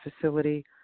facility